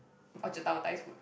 Orchard-Tower Thai's food